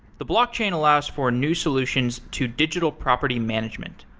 the blockchain allows for new solutions to digital property management,